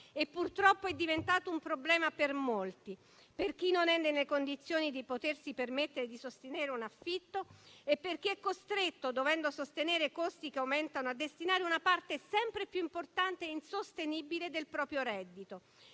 e purtroppo è diventato un problema per molti, per chi non è nelle condizioni di potersi permettere di sostenere un affitti e per chi è costretto, dovendo sostenere costi che aumentano, a destinarvi una parte sempre più importante e insostenibile del proprio reddito.